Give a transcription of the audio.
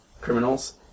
criminals